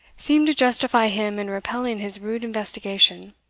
seemed to justify him in repelling his rude investigation.